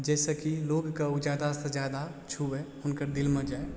जाहिसँ कि लोगके ओ जादासँ जादा छुबै हुनकर दिलमे जाइ